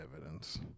evidence